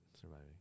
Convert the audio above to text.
surviving